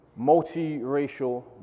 multiracial